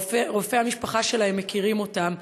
רופאי המשפחה שלהן מכירים אותן.